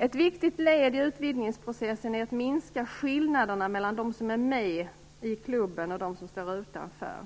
Ett viktigt led i utvidgningsprocessen är att minska skillnaderna mellan dem som är med i klubben och dem som står utanför.